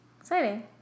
Exciting